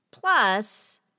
Plus